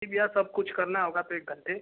जी भैया सब कुछ करना होगा तो एक घंटे